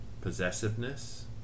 possessiveness